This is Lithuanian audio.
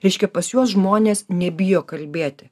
reiškia pas juos žmonės nebijo kalbėti